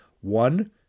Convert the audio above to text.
one